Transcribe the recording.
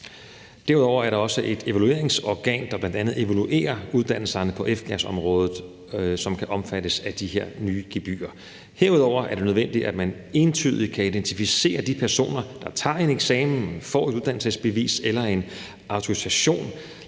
Derudover er der også et evalueringsorgan, der bl.a. evaluerer uddannelserne på F-gasområdet, som kan omfattes af de her nye gebyrer. Herudover er det nødvendigt, at man entydigt kan identificere de personer, der tager en eksamen og får et uddannelsesbevis eller en autorisation,